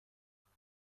ساعت